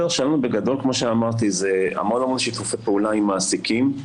בגדול כמו שאמרתי זה המון המון שיתופי פעולה עם מעסיקים,